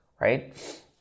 right